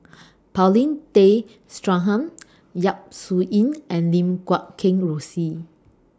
Paulin Tay Straughan Yap Su Yin and Lim Guat Kheng Rosie